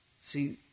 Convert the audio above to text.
See